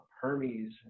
Hermes